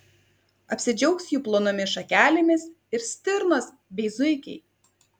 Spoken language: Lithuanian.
apsidžiaugs jų plonomis šakelėmis ir stirnos bei zuikiai